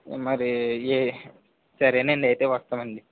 మరి ఏ సరేనండి అయితే వస్తామండి